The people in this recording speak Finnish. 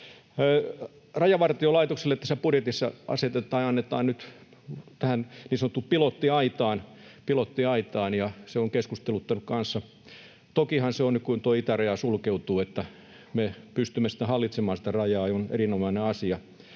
Rajavartiolaitokselle tässä budjetissa annetaan nyt tähän niin sanottuun pilottiaitaan, ja se on keskusteluttanut kanssa. Tokihan se on nyt tärkeää, kun tuo itäraja sulkeutuu, että me pystymme hallitsemaan sitä rajaa, ja se on erinomainen asia.